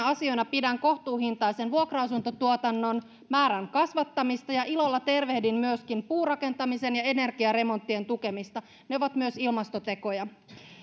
asioina pidän kohtuuhintaisen vuokra asuntotuotannon määrän kasvattamista ja ilolla tervehdin myöskin puurakentamisen ja energiaremonttien tukemista ne ovat myös ilmastotekoja